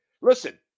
Listen